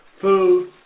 food